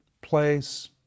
place